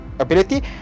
ability